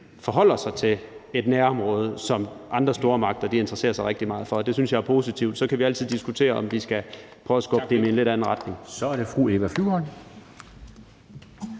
forholder sig til et nærområde, som andre stormagter interesserer sig rigtig meget for, synes jeg er positivt. Så kan vi altid diskutere, om vi skal prøve at skubbe det i en lidt anden retning. Kl. 18:58 Formanden